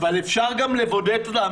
אבל אפשר גם לבודד אותם,